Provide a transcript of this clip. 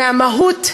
מהמהות,